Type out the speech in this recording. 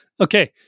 okay